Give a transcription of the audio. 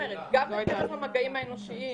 האם מבצעים שם אכיפה?